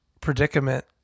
predicament